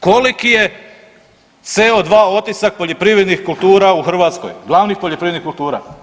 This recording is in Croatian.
Koliki je CO2 otisak poljoprivrednih kultura u Hrvatskoj, glavnih poljoprivrednih kultura?